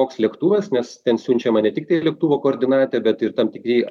koks lėktuvas nes ten siunčiama ne tiktai lėktuvo koordinatė bet ir tam tikri